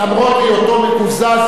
למרות היותו מקוזז,